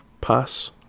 pass